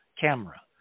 camera